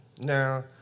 Now